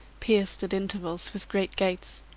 pierced at intervals with great gates,